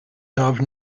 dove